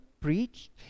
preached